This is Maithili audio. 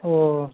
ओ